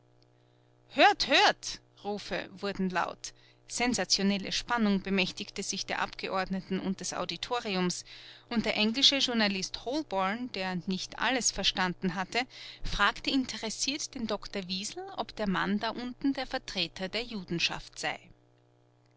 hört hört rufe wurden laut sensationelle spannung bemächtigte sich der abgeordneten und des auditoriums und der englische journalist holborn der nicht alles verstanden hatte fragte interessiert den doktor wiesel ob der mann da unten der vertreter der judenschaft sei